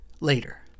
later